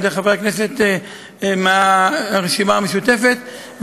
על-ידי חברי הכנסת מהרשימה המשותפת,